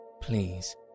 please